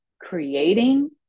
creating